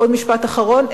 עוד משפט אחרון,